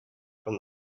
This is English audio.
from